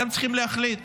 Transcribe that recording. אתם צריכים להחליט,